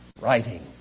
Writing